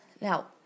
Now